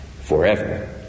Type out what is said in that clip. forever